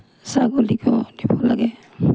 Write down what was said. ছাগলীকো দিব লাগে